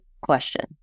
question